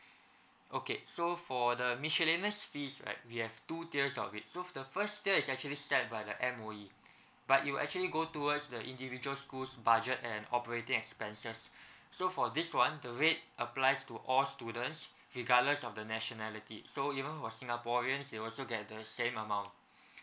okay so for the miscellaneous fees right we have two tiers of it so the first tier is actually set by the M_O_E but you'll actually go towards the individual schools budget and operating expenses so for this one the rate applies to all students regardless of the nationality so even for singaporeans they also get the same amount